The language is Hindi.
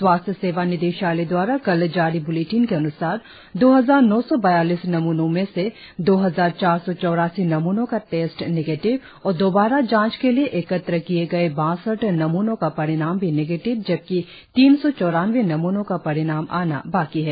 स्वास्थ्य सेवा निदेशालय द्वारा कल जारी ब्लेटिन के अन्सार दो हजार नौ सौ बयालीस नमूनों में से दो हजार चार सौ चौरासी नमूनों का टेस्ट निगेटीव और दौबारा जाँच के लिए एकत्र किए गए बासठ नमूनों का परिणाम भी निगेटीव जबकि तीन सौं चोरानवें नमूनों का परिणाम आना बाकी है